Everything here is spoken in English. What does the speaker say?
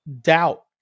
doubt